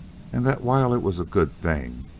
and that while it was a good thing,